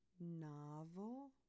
novel